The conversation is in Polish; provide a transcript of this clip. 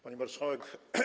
Pani Marszałek!